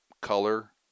color